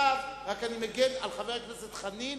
אני רק מגן על חבר הכנסת חנין,